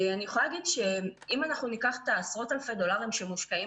ואם ניקח את עשרות אלפי הדולרים שמושקעים